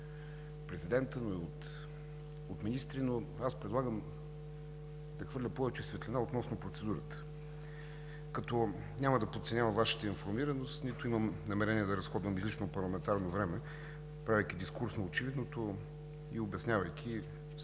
президента, но и от министри, но аз предлагам да хвърля повече светлина относно процедурата, като няма да подценявам Вашата информираност, нито имам намерение да разходвам излишно парламентарно време, правейки дискусно очевидното и обяснявайки огромното